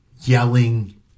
yelling